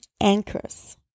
anchors